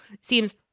seems